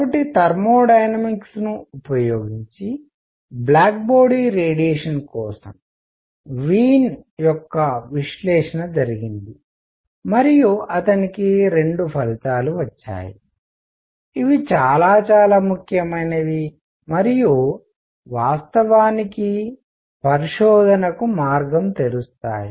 కాబట్టి థర్మోడైనమిక్స్ ను ఉపయోగించి బ్లాక్ బాడీ రేడియేషన్ కోసం వీన్ యొక్క విశ్లేషణ జరిగింది మరియు అతనికి 2 ఫలితాలు వచ్చాయి ఇవి చాలా చాలా ముఖ్యమైనవి మరియు వాస్తవానికి పరిశోధనకు మార్గం తెరుస్తాయి